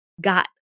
got